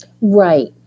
Right